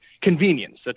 convenience